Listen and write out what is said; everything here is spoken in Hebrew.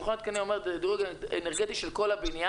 שמכון התקנים אומר שזה דירוג אנרגטי של כל הבניין,